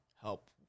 help